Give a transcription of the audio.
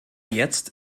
jetzt